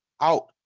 out